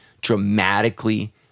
dramatically